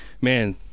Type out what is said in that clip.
man